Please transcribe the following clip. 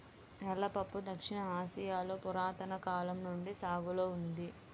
నల్ల పప్పు దక్షిణ ఆసియాలో పురాతన కాలం నుండి సాగులో ఉంది